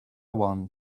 one